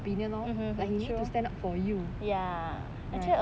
own opinion lor like he need to stand up for you